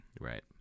Right